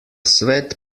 svet